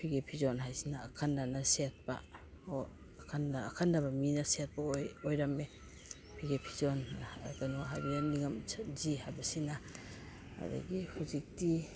ꯐꯤꯒꯦ ꯐꯤꯖꯣꯟ ꯍꯥꯏꯁꯤꯅ ꯑꯈꯟꯅꯅ ꯁꯦꯠꯄ ꯑꯈꯟꯅꯕ ꯃꯤꯅ ꯁꯦꯠꯄ ꯑꯣꯏꯔꯝꯃꯦ ꯐꯤꯒꯦ ꯐꯤꯖꯣꯟ ꯀꯩꯅꯣ ꯍꯥꯏꯕꯅ ꯅꯤꯉꯝ ꯁꯝꯖꯤ ꯍꯥꯏꯕꯁꯤꯅ ꯑꯗꯒꯤ ꯍꯧꯖꯤꯛꯇꯤ